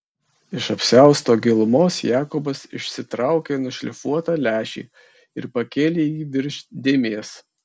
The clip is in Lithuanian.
iš apsiausto gilumos jakobas išsitraukė nušlifuotą lęšį ir pakėlė jį virš dėmės